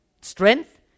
strength